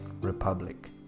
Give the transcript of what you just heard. republic